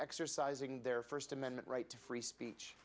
exercising their first amendment right to free speech